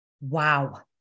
Wow